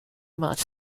much